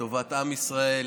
לטובת עם ישראל,